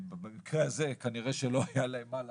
במקרה הזה כנראה שלא היה להם מה לעשות,